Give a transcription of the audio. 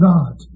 God